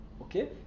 Okay